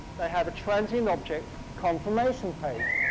they have a transient object confirmation page.